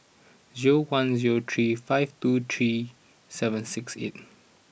zero one zero three five two three seven six eight